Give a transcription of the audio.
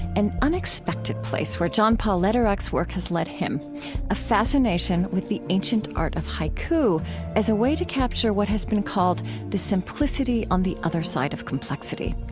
an unexpected place where john paul lederach's work has led him a fascination with the ancient art of haiku as a way to capture what has been called the simplicity on the other side of complexity.